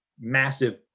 massive